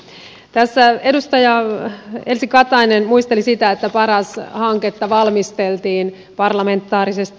tässä edustaja elsi katainen muisteli sitä että paras hanketta valmisteltiin parlamentaarisesti